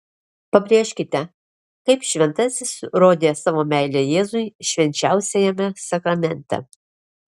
pabrėžkite kaip šventasis rodė savo meilę jėzui švenčiausiajame sakramente